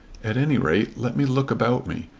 at any rate let me look about me.